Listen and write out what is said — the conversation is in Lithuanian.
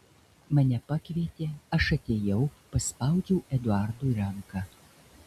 mane pakvietė aš atėjau paspaudžiau eduardui ranką